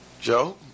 Joe